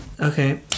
Okay